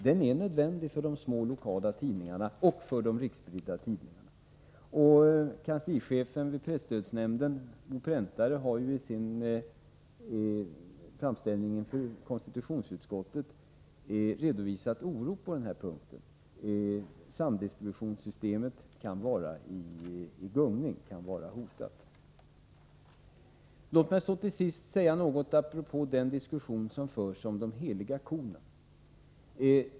Den är nödvändig för de små, lokala tidningarna och för de riksspridda tidningarna. Kanslichefen vid presstödsnämnden, Bo Präntare, har ju i sin framställning inför konstitutionsutskottet redovisat oro på den här punkten. Samdistributionssystemet kan vara hotat. Låt mig så till sist säga något apropå den diskussion som förs om de heliga korna.